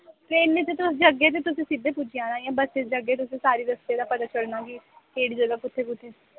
ट्रेनै च तुस जाह्गे ते तुसें सिद्धे पुज्जी जाना बस्सै च जाह्गे तुसे'ईं सारे रस्ते दा पता चलना कि केह्ड़ी जगहा कुत्थै कुत्थै